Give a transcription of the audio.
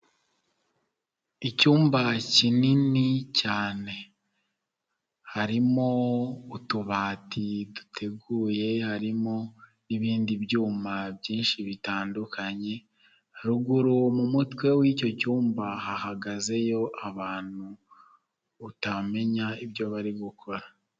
Icyumba kinini cyane harimo utubati duteguye, harimo n'ibindi byuma byinshi bitandukanye, haruguru mu mutwe w'icyo cyumba hahagazeyo abantu utamenya ibyo bari gukora.